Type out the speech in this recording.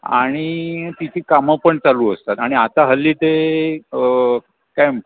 आणि तिची कामं पण चालू असतात आणि आता हल्ली ते कॅम्प